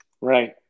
right